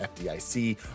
FDIC